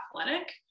athletic